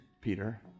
Peter